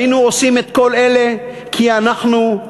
היינו עושים את כל אלה כי אנחנו,